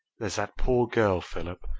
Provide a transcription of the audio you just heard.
there's that poor girl, philip,